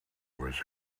was